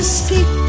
speak